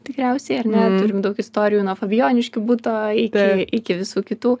tikriausiai ar ne turim daug istorijų nuo fabijoniškių buto iki iki visų kitų